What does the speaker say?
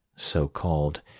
so-called